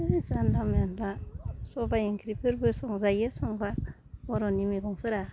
है जानला मोनला सबाइ ओंख्रिफोरबो संजायो संबा बर'नि मेगंफोरा